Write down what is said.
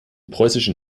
preußischen